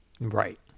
Right